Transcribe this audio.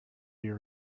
your